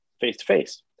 face-to-face